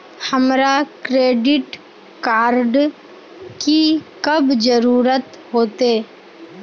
हमरा credit card की कब जरूरत होते?